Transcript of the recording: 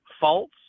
false